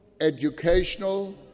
educational